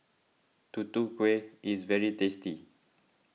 Tutu Kueh is very tasty